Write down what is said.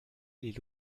les